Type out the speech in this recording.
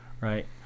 right